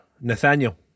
Nathaniel